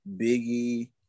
Biggie